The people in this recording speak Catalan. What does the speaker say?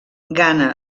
ghana